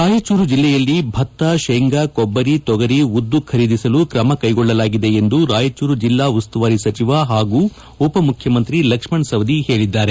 ರಾಯಚೂರು ಜಿಲ್ಲೆಯಲ್ಲಿ ಭತ್ತ ಶೇಂಗಾ ಕೊಬ್ಬರಿ ತೊಗರಿ ಉದ್ದು ಖರೀದಿಸಲು ಕ್ರಮ ಕೈಗೊಳ್ಳಲಾಗಿದೆ ಎಂದು ರಾಯಚೂರು ಜಿಲ್ಲಾ ಉಸ್ತುವಾರಿ ಸಚಿವ ಹಾಗೂ ಉಪಮುಖ್ಯಮಂತ್ರಿ ಲಕ್ಷ್ಮಣ ಸವದಿ ಹೇಳಿದ್ದಾರೆ